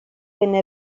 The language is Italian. venne